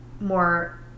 more